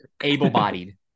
able-bodied